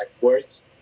words